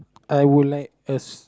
I would like us